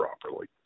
properly